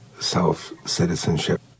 self-citizenship